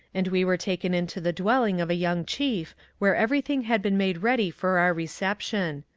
and we were taken into the dwelling of a young chief, where everything had been made ready for our reception.